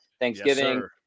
Thanksgiving